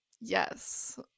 Yes